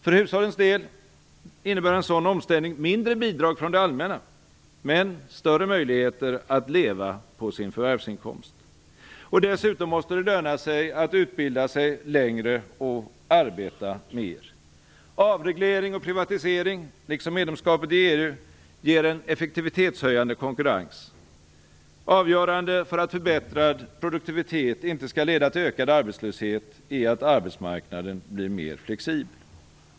För hushållens del innebär en sådan omställning mindre bidrag från det allmänna men större möjligheter att leva på sin förvärvsinkomst. Dessutom måste det löna sig att utbilda sig längre och arbeta mer. Avreglering och privatisering, liksom medlemskapet i EU, ger en effektivitetshöjande konkurrens. Avgörande för att förbättrad produktivitet inte skall leda till ökad arbetslöshet är att arbetsmarknaden blir mer flexibel.